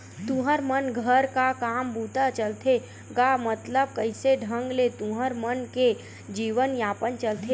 तुँहर मन घर का काम बूता चलथे गा मतलब कइसे ढंग ले तुँहर मन के जीवन यापन चलथे?